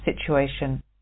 situation